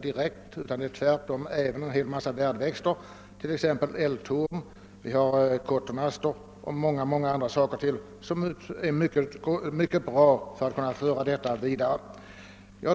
direkt via päronträden utan även via en rad värdväxter, t.ex. eldtorn, cottoneaster och många andra, som mycket lätt för sjukdomen vidare.